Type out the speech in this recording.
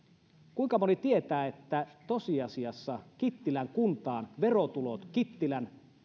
kuinka moni tietää että tosiasiassa kittilän kuntaan kittilän agnico